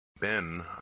ben